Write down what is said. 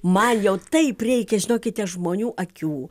man jau taip reikia žinokite žmonių akių